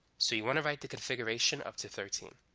so you want to write the configuration up to thirteen